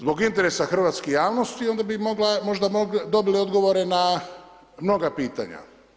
Zbog interesa hrvatske javnosti onda bi mogla, možda dobili odgovore na mnoga pitanja.